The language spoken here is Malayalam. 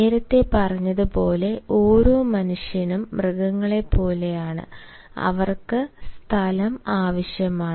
നേരത്തെ പറഞ്ഞതുപോലെ ഓരോ മനുഷ്യനും മൃഗങ്ങളെപ്പോലെയാണ് അവർക്ക് സ്ഥലം ആവശ്യമാണ്